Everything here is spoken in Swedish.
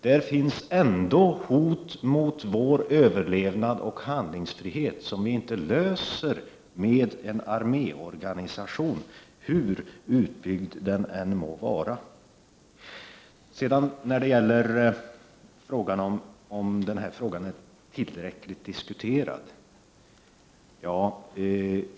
Det finns ändå ett hot mot vår överlevnad och vår handlingsfrihet som vi inte avvärjer med en arméorganisation, hur utbyggd den än må vara. Sedan till spörsmålet huruvida den här frågan är tillräckligt diskuterad.